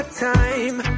time